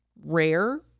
rare